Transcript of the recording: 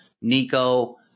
Nico